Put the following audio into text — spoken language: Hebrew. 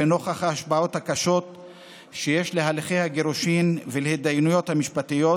ונוכח ההשפעות הקשות שיש להליכי הגירושין ולהתדיינויות המשפטיות,